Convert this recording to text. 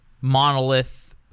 monolith